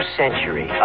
century